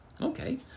Okay